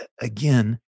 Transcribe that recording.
again